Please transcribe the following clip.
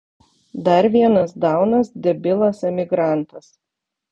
dar vienas daunas debilas emigrantas